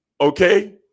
okay